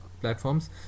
platforms